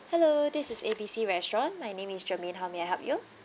hello this is A B C restaurant my name is shermaine how may I help you